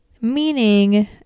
meaning